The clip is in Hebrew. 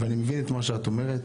אני מבין את מה שאת אומרת,